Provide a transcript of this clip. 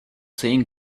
saying